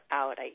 out